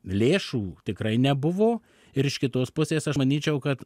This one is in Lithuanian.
lėšų tikrai nebuvo ir iš kitos pusės aš manyčiau kad